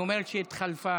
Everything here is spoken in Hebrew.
היא אומרת שהיא התחלפה.